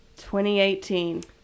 2018